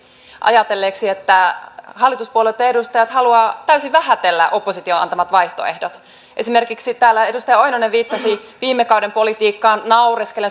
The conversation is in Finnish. ajatelleeksi että hallituspuolueitten edustajat haluavat täysin vähätellä opposition antamat vaihtoehdot esimerkiksi täällä edustaja oinonen viittasi viime kauden politiikkaan naureskellen